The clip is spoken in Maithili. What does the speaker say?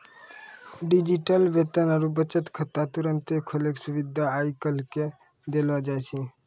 डिजिटल वेतन आरु बचत खाता तुरन्ते खोलै के सुविधा आइ काल्हि देलो जाय छै